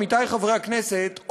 עמיתי חברי הכנסת,